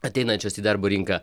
ateinančios į darbo rinką